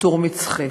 "עטור מצחך".